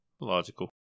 Logical